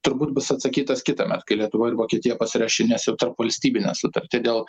turbūt bus atsakytas kitąmet kai lietuva ir vokietija pasirašinės jau tarpvalstybinę sutartį dėl